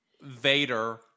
Vader